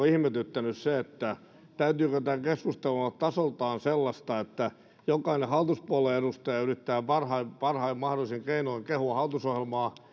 ihmetyttänyt täytyykö tämän keskustelun olla tasoltaan sellaista että jokainen hallituspuolueen edustaja yrittää parhain parhain mahdollisin keinoin kehua hallitusohjelmaa